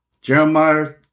Jeremiah